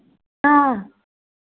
हाँ